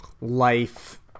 Life